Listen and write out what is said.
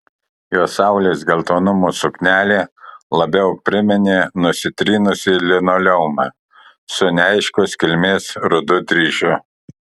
jos saulės geltonumo suknelė labiau priminė nusitrynusį linoleumą su neaiškios kilmės rudu dryžiu